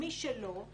מי שלא,